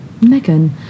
Megan